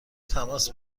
تماس